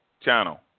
channel